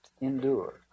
endure